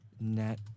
net